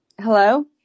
Hello